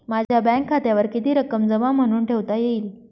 माझ्या बँक खात्यावर किती रक्कम जमा म्हणून ठेवता येईल?